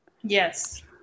Yes